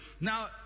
Now